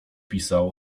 pisał